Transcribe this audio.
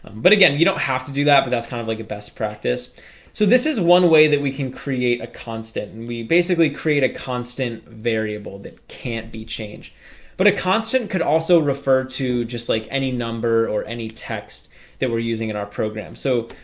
but again, you don't have to do that. but that's kind of like a best practice so this is one way that we can create a constant, and we basically create a constant variable that can't be changed but a constant could also refer to just like any number or any text that we're using in our program so,